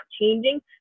changing